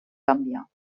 gambia